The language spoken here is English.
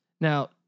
Now